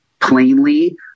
plainly